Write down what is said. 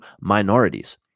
minorities